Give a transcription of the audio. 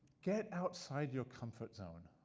get outside your comfort zone.